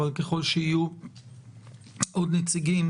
אבל ככל שיהיו עוד נציגים